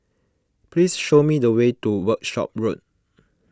please show me the way to Workshop Road